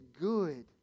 good